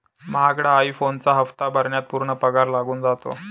महागडा आई फोनचा हप्ता भरण्यात पूर्ण पगार लागून जातो